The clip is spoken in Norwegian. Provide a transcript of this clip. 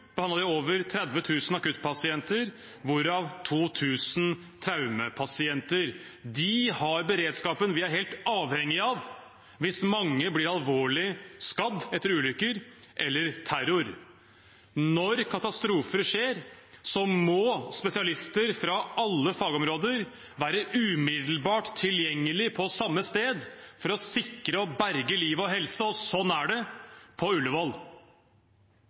over 30 000 akuttpasienter, hvorav 2 000 traumepasienter. De har beredskapen vi er helt avhengig av hvis mange blir alvorlig skadd etter ulykker eller terror. Når katastrofer skjer, må spesialister fra alle fagområder være umiddelbart tilgjengelig på samme sted for å sikre og berge liv og helse, og sånn er det på